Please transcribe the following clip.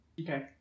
okay